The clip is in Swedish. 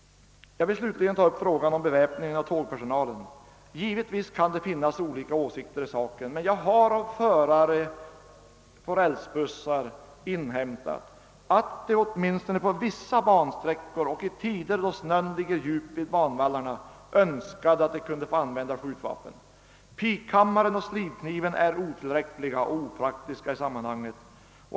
Jag vill slutligen ta upp frågan om beväpning av tågpersonalen. Givetvis kan det finnas olika åsikter i saken, men jag har av förare på rälsbussar inhämtat att de, åtminstone på vissa bansträckor och i tider då snön ligger djup på banvallarna, önskar att de kunde få använda skjutvapen. Pikhammaren och slidkniven är otillräckliga och opraktiska i sammanhanget.